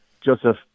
Joseph